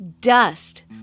dust